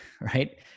right